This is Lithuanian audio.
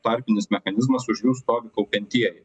tarpinis mechanizmas už jų stovi kaupiantieji